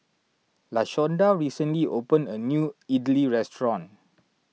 Lashonda recently opened a new Idly restaurant